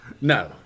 no